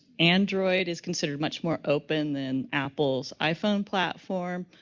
android is considered much more open than apple's iphone platform.